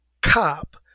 cop